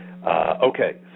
Okay